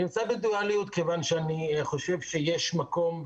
אני נמצא בדואליות מכיוון שאני חושב שיש מקום,